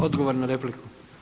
Odgovor na repliku.